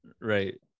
Right